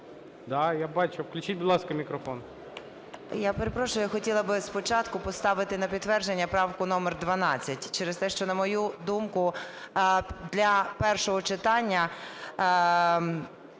Да! Я бачу! Включіть, будь ласка, мікрофон.